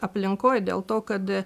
aplinkoj dėl to kad